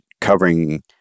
covering